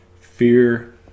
fear